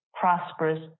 prosperous